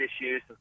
issues